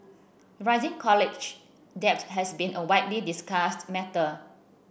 rising college debt has been a widely discussed matter